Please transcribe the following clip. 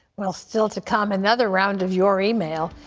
well still to come, another round of your email.